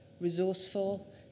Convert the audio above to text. resourceful